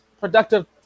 Productive